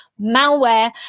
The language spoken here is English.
malware